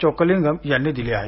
चोक्कलिंगम यांनी दिली आहे